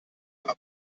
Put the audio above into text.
haben